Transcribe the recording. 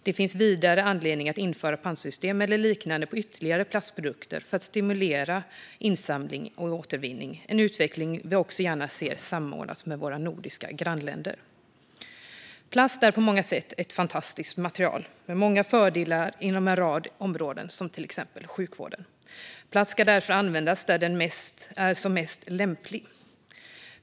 Det finns vidare anledning att införa pantsystem eller liknande på ytterligare plastprodukter för att stimulera insamling och återvinning, en utveckling vi också gärna ser samordnas med våra nordiska grannländer. Plast är på många sätt ett fantastiskt material med många fördelar inom en rad områden, till exempel sjukvården. Plast ska därför användas där den är mest lämplig.